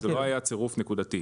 לא היה צירוף נקודתי.